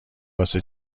واسه